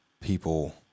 people